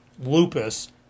lupus